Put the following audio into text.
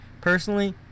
personally